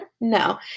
No